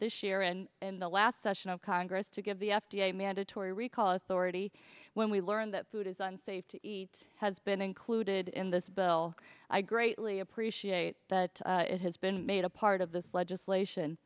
this year and in the last session of congress to give the f d a mandatory recall authority when we learn that food is unsafe to eat has been included in this bill i greatly appreciate that it has been made a part of this legislation